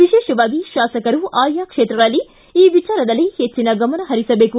ವಿಶೇಷವಾಗಿ ಶಾಸಕರು ಆಯಾ ಕ್ಷೇತ್ರಗಳಲ್ಲಿ ಈ ವಿಚಾರದಲ್ಲಿ ಹೆಚ್ಚನ ಗಮನ ಹರಿಸಬೇಕು